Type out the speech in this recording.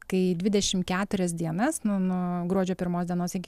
kai dvidešimt keturias dienas nu nuo gruodžio pirmos dienos iki gruodžio iki